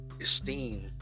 esteem